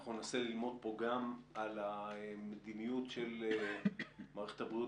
אנחנו ננסה ללמוד פה גם על המדיניות של מערכת הבריאות.